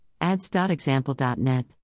ads.example.net